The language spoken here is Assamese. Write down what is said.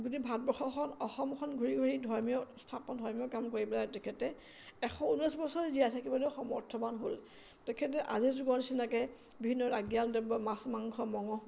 যদি ভাৰতবৰ্ষখন অসমখন ঘূৰি ঘূৰি ধৰ্মীয় স্থাপন ধৰ্মীয় কাম কৰি পেলাই তেখেতে এশ ঊনৈছ বছৰ জীয়াই থাকিবলৈ সমৰ্থৱান হ'ল তেখেতে আজিৰ যুগৰ নিচিনাকে বিভিন্ন ৰাগিয়াল দ্ৰব্য মাছ মাংস মঙহ